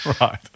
Right